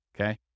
okay